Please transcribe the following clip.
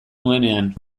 nuenean